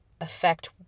affect